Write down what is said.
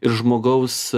ir žmogaus